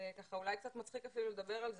זה אולי מצחיק לדבר על זה,